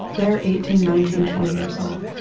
they're eighteen, nineteen, twenty years old.